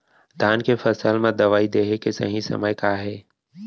धान के फसल मा दवई देहे के सही समय का हे?